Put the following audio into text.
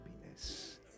happiness